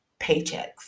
paychecks